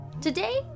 Today